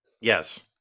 Yes